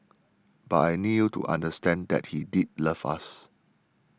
but I need you to understand that he did love us